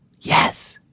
Yes